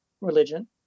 religion